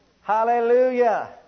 Hallelujah